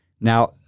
Now